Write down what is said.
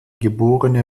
geborene